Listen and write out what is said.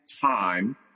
time